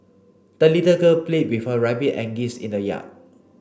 the little girl played with her rabbit and geese in the yard